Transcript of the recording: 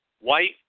white